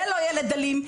זה לא ילד אלים,